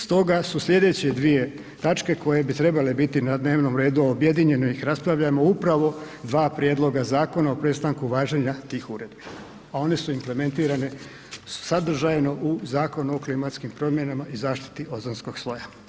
Stoga su sljedeće dvije točke koje bi trebale biti na dnevnom redu objedinjeno ih raspravljamo upravo dva prijedloga zakona o prestanku važenja tih uredbi, a one su implementirane sadržajno u Zakonu o klimatskim promjenama i zaštiti ozonskog sloja.